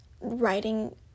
writing